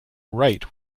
write